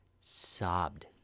sobbed